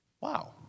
Wow